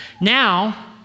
Now